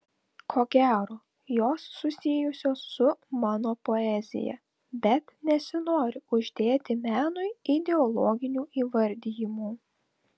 ko gero jos susijusios su mano poezija bet nesinori uždėti menui ideologinių įvardijimų